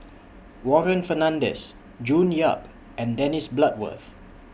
Warren Fernandez June Yap and Dennis Bloodworth